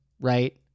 right